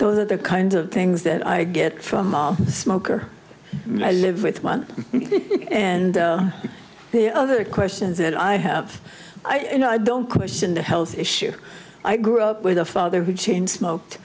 those are the kind of things that i get from our smoker i live with one and the other questions that i have you know i don't question the health issue i grew up with a father who chain smoked